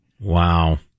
Wow